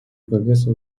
прогресса